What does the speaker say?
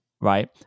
right